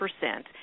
percent